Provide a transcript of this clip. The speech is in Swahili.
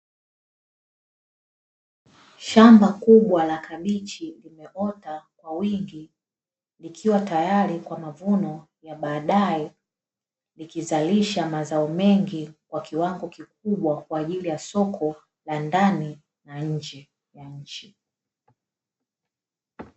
Shamba kubwa la kabichi limeota kwa wingi, likiwa tayari kwa mavuno ya baadae, likizalisha mazao mengi kwa kiwango kikubwa kwajili ya soko la ndani na nje ya nchi.